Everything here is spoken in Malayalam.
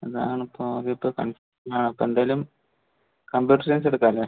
അത് ആണ് ഇപ്പോൾ അത് ഇപ്പം നോക്ക് ആ എന്തായാലും കമ്പ്യൂട്ടർ സയൻസ് എടുക്കാം അല്ലേ